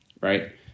Right